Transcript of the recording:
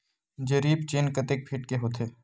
जरीब चेन कतेक फीट के होथे?